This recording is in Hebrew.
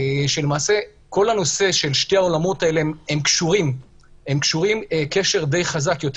שלמעשה שני העולמות האלה קשורים קשר חזק למדי,